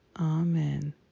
Amen